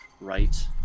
right